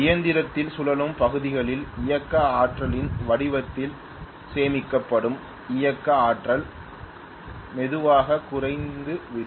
இயந்திரத்தின் சுழலும் பகுதிகளில் இயக்க ஆற்றலின் வடிவத்தில் சேமிக்கப்படும் இயக்க ஆற்றல் மெதுவாக குறைந்துவிடும்